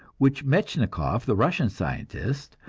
which metchnikoff, the russian scientist,